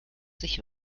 sich